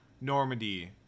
normandy